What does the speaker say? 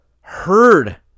heard